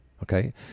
Okay